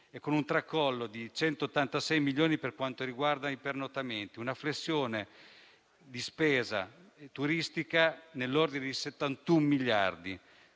e con un tracollo di 186 milioni per quanto riguarda i pernottamenti. Una flessione di spesa turistica nell'ordine di 71 miliardi.